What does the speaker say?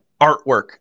artwork